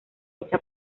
hecha